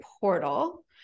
portal